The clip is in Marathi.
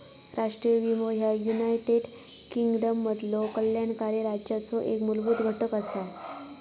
राष्ट्रीय विमो ह्या युनायटेड किंगडममधलो कल्याणकारी राज्याचो एक मूलभूत घटक असा